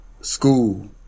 school